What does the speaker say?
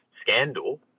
scandal